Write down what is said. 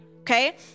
Okay